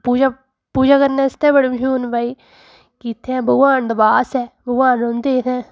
पूजा पूजा करने आस्तै बड़े मशहूर न भई कि इ'त्थें भगवान दा बास ऐ भगवान रौह्ंदे हे इ'त्थें